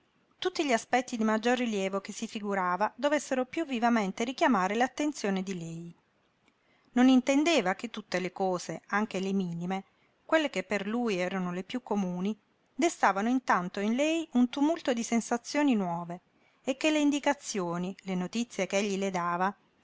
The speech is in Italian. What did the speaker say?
tutti gli aspetti di maggior rilievo che si figurava dovessero piú vivamente richiamare l'attenzione di lei non intendeva che tutte le cose anche le minime quelle che per lui erano le piú comuni destavano intanto in lei un tumulto di sensazioni nuove e che le indicazioni le notizie ch'egli le dava